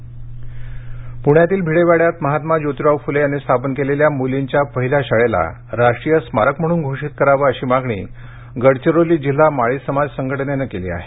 भिडे वाडा गडचिरोली पूण्यातील भिडेवाड्यात महात्मा ज्योतिराव फुले यांनी स्थापन केलेल्या मुलींच्या पहिल्या शाळेला राष्ट्रीय स्मारक म्हणून घोषित करावं अशी मागणी गडचिरोली जिल्हा माळी समाज संघटनेनं केली आहे